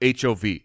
HOV